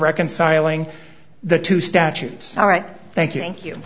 reconciling the two statutes all right thank you thank you